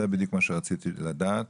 זה בדיוק מה שרציתי לדעת.